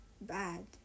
bad